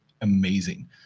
amazing